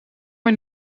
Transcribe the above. mij